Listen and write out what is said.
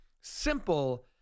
simple